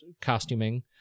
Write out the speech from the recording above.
costuming